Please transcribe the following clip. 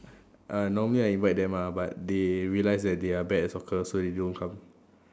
uh normally I invite them ah but they realised that they are bad at soccer so they don't come